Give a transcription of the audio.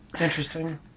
Interesting